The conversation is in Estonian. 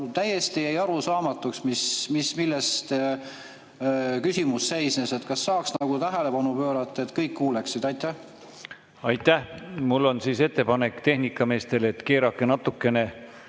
täiesti jäi arusaamatuks, milles küsimus seisnes. Kas saaks nagu tähelepanu pöörata, et kõik kuuleksid? Aitäh! Mul on siis ettepanek tehnikameestele, et keerake natukene